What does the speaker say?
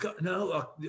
No